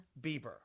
Bieber